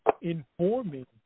informing